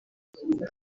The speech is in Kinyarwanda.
kubera